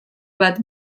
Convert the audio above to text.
bat